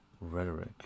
rhetoric